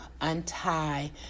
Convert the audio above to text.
untie